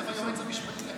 היועץ המשפטי.